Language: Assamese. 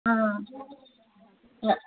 অঁ অঁ